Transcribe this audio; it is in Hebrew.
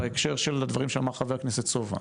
בהקשר של הדברים שאמר חבר הכנסת יבגני סובה,